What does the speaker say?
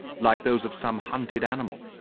like those of some hunted animal.